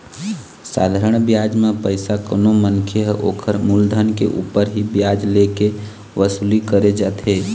साधारन बियाज म पइसा कोनो मनखे ह ओखर मुलधन के ऊपर ही बियाज ले के वसूली करे जाथे